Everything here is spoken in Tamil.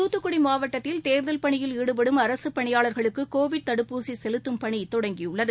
தூத்துக்குடி மாவட்டத்தில் தேர்தல் பணியில் ஈடுபடும் அரசு பணியாளர்களுக்கு கோவிட் தடுப்பூசி செலுத்தும் பணி தொடங்கியுள்ளது